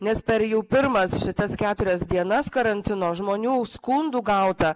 nes per jau pirmas šitas keturias dienas karantino žmonių skundų gauta